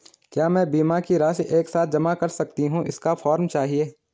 क्या मैं बीमा की राशि एक साथ जमा कर सकती हूँ इसका फॉर्म चाहिए?